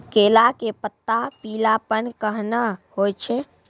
केला के पत्ता पीलापन कहना हो छै?